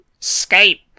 Escape